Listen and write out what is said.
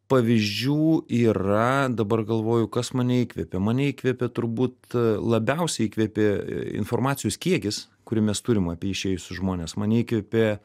pavyzdžių yra dabar galvoju kas mane įkvėpė mane įkvėpė turbūt labiausiai įkvėpė informacijos kiekis kurį mes turim apie išėjusius žmones mane įkvėpė